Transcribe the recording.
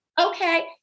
Okay